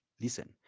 Listen